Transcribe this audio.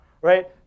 Right